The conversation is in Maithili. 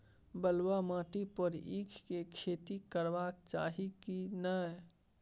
बलुआ माटी पर ईख के खेती करबा चाही की नय?